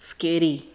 Scary